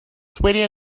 sweaty